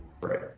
Right